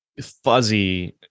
fuzzy